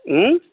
हुँ